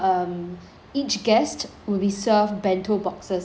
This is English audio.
each guest will be served bento boxes instead